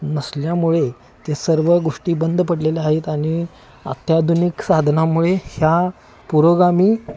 नसल्यामुळे ते सर्व गोष्टी बंद पडलेल्या आहेत आणि अत्याधुनिक साधनामुळे ह्या पुरोगामी